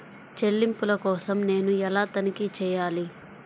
చెల్లింపుల కోసం నేను ఎలా తనిఖీ చేయాలి?